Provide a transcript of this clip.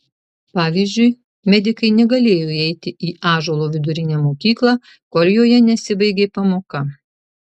pavyzdžiui medikai negalėjo įeiti į ąžuolo vidurinę mokyklą kol joje nesibaigė pamoka